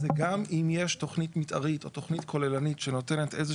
זה גם אם יש תוכנית מתארית או תוכנית כוללנית שנותנת איזה